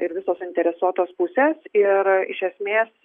ir visos suinteresuotos pusės ir iš esmės